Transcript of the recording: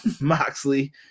Moxley